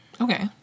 Okay